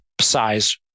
size